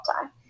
time